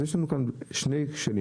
אז יש לנו כאן שני כשלים,